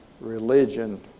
religion